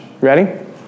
Ready